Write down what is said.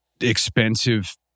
expensive